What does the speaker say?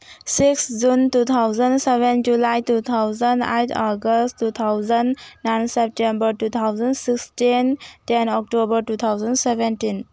six June two thousand seven July two thousand eight August two thousand nine September two thousand sixteen ten October two thousand seventeen